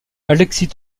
alexis